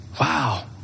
Wow